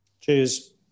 Cheers